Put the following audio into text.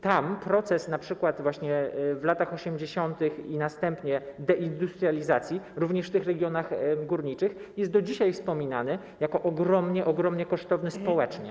Tam ten proces właśnie w latach 80., następnie deindustrializacji, również w tych regionach górniczych, jest do dzisiaj wspominany jako ogromnie, ogromnie kosztowny społecznie.